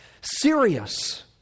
serious